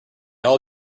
all